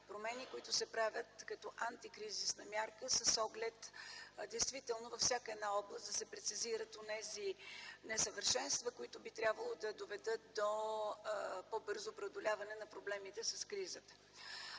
промени, които се правят като антикризисна мярка с оглед във всяка област да се прецизират несъвършенства, което би трябвало да доведе до по бързо преодоляване на проблемите с кризата.